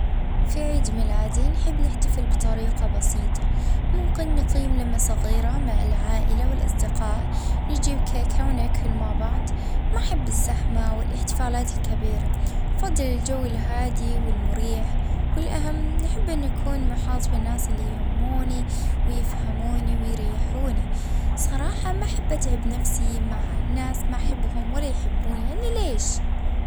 اه نحب حاجة بسيطة هيكى لمة صغيرة مع اللي نحبهم هكيكا زينة شوية هدايا وضحك وموسيقى اه باش الجو يكون مفرح.